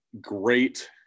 Great